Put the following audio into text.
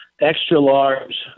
extra-large